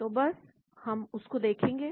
तो बस हम उसको देखेंगे